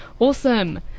Awesome